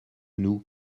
nous